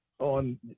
On